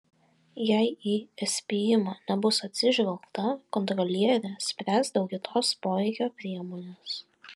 jei į įspėjimą nebus atsižvelgta kontrolierė spręs dėl kitos poveikio priemonės